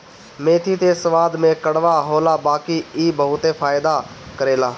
मेथी त स्वाद में कड़वा होला बाकी इ बहुते फायदा करेला